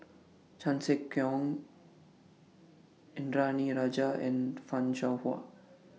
Chan Sek Keong Indranee Rajah and fan Shao Hua